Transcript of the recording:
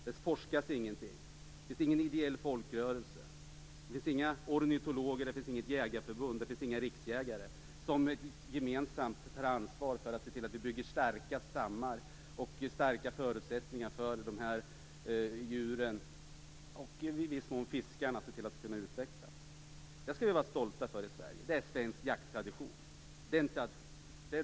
Det forskas ingenting, det finns ingen ideell folkrörelse, det finns inga ornitologer, inga jägarförbund, inga riksjägare som gemensamt tar ansvar för att se till att man bygger starka stammar och skapar stora förutsättningar för att de här djuren och i viss mån fiskarna skall kunna utvecklas. Det skall vi vara stolta över i Sverige. Det är svensk jakttradition.